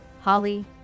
Holly